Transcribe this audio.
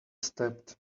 stepped